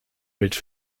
mit